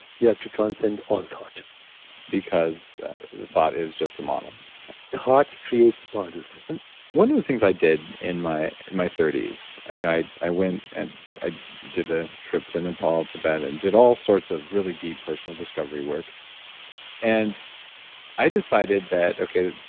you have to transcend all thought because the thought is just a model. okay the thought creates models one of the things i did in my my thirties, you know i i went and i did the trip to nepal, tibet and did all sorts of really deep personal discovery work and i decided that, okay,